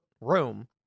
room